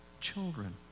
children